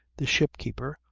the ship-keeper,